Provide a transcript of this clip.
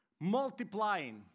Multiplying